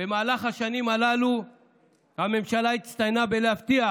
במהלך השנים הללו הממשלה הצטיינה בלהבטיח.